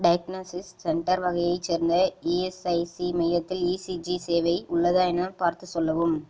diagnostics centre வகையைச் சேர்ந்த ESIC மையத்தில் ஈசிஜி சேவை உள்ளதா எனப் பார்த்துச் சொல்லவும்